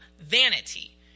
vanity